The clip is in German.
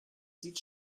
sieht